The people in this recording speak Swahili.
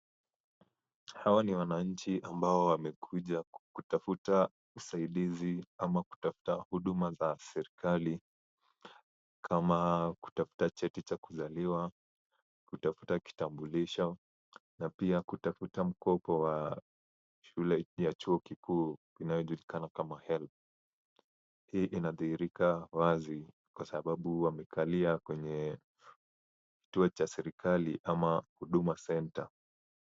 Hawa ni wananchi ambao wamekuja kutafuta usaadizi ama kutafuta huduma za serikali, kama kutafuta cheti cha kuzaliwa, kutafuta kitambulisho na pia kutafuta mkopo wa shule ya chuo kikuu inayojulikana kama HELB. Hii inadhihirika wazi kwa sababu wamekalia kwenye kituo cha serikali ama Huduma Center.